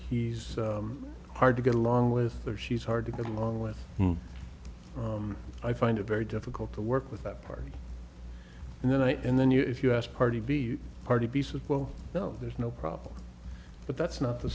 he's hard to get along with there she's hard to get along with i find it very difficult to work with that party and then i and then you if you ask party be a party piece of well no there's no problem but that's not the